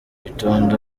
itonde